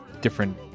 different